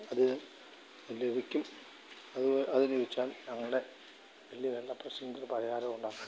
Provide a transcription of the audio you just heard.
അത് ലഭിക്കും അത് ലഭിച്ചാല് ഞങ്ങളുടെ വലിയ വെള്ള പ്രശ്നത്തിന് പരിഹാരം ഉണ്ടാക്കാന് കഴിയും